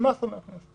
נמאס לו מהכנסת,